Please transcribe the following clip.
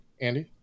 Andy